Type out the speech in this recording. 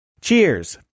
Cheers